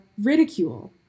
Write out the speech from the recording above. ridicule